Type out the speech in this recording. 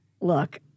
Look